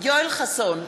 יואל חסון,